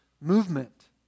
movement